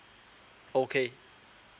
okay